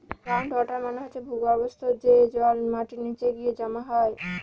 ground water মানে হচ্ছে ভূর্গভস্ত, যে জল মাটির নিচে গিয়ে জমা হয়